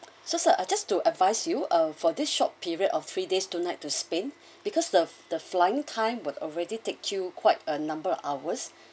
so sir I just to advise you uh for this short period of three days two nights to spain because the the flying time would already take you quite a number of hours